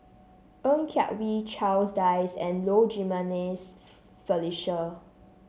Ng Yak Whee Charles Dyce and Low Jimenez Felicia